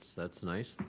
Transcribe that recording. that's nice.